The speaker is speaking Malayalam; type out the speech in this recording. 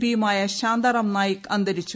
പിയുമായ ശാന്താറാം നായിക് അന്തരിച്ചു